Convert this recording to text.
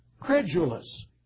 credulous